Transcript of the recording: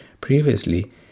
previously